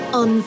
on